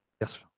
yes